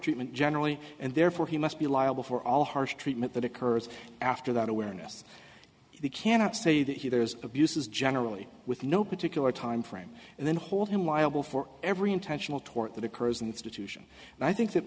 treatment generally and therefore he must be liable for all harsh treatment that occurs after that awareness we cannot say that he there is abuse is generally with no particular timeframe and then hold him liable for every intentional torte that occurs institution and i think that